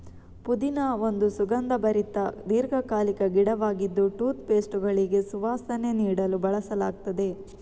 ಪುದೀನಾ ಒಂದು ಸುಗಂಧಭರಿತ ದೀರ್ಘಕಾಲಿಕ ಗಿಡವಾಗಿದ್ದು ಟೂತ್ ಪೇಸ್ಟುಗಳಿಗೆ ಸುವಾಸನೆ ನೀಡಲು ಬಳಸಲಾಗ್ತದೆ